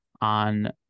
on